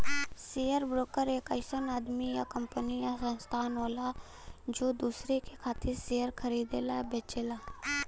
share broker एक अइसन आदमी या कंपनी या संस्थान होला जौन दूसरे के खातिर शेयर खरीदला या बेचला